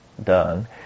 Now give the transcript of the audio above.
done